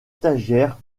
stagiaires